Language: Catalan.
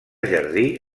jardí